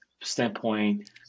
standpoint